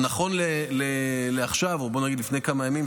נכון ללפני כמה ימים,